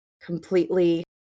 Completely